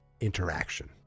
interaction